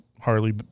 Harley